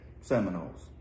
seminoles